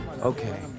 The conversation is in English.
Okay